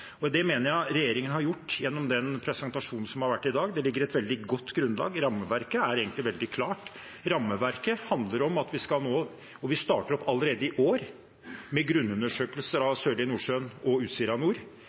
ambisjonene. Det mener jeg regjeringen har gjort gjennom presentasjonen som har vært i dag. Det ligger et veldig godt grunnlag der. Rammeverket er egentlig veldig klart. Vi starter opp allerede i år med grunnundersøkelser